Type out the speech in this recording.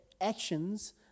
actions